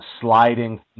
sliding